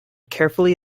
carefully